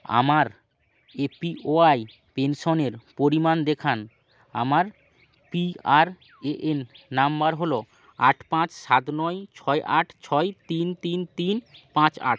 আমার এপিওয়াই পেনশনের পরিমাণ দেখান আমার পিআরএএন নাম্বার হলো আট পাঁচ সাত নয় ছয় আট ছয় তিন তিন তিন পাঁচ আট